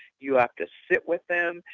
you have to sit with them.